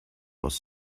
was